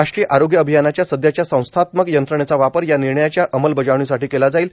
राष्ट्रीय आरोग्य अभियानच्या सध्याच्या संस्थात्मक यंत्रणेचा वापर या निर्णयाच्या अंमलबजावणीसाठी केला जाईल